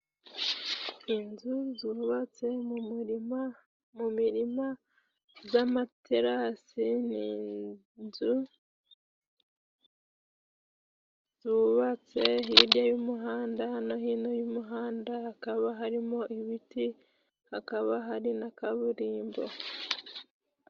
Inzu zubatse mu murima, mu mirima y'amaterasi ni inzu zubatse hirya y'umuhanda no hino y'umuhanda, hakaba harimo ibiti , hakaba hari na kaburimbo.